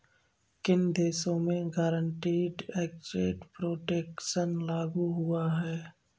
किन देशों में गारंटीड एसेट प्रोटेक्शन लागू हुआ है?